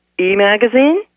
e-magazine